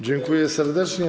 Dziękuję serdecznie.